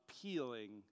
appealing